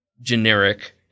generic